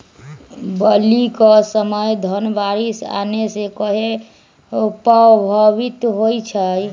बली क समय धन बारिस आने से कहे पभवित होई छई?